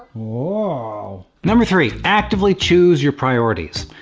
wow. number three. actively choose your priorities.